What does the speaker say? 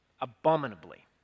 abominably